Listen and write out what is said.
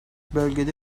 bölgede